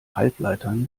halbleitern